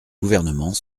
gouvernement